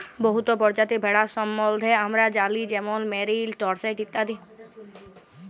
বহুত পরজাতির ভেড়ার সম্বল্ধে আমরা জালি যেমল মেরিল, ডরসেট ইত্যাদি